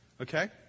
Okay